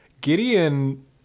Gideon